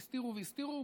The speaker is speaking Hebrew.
והסתירו, והסתירו.